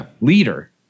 leader